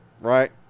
Right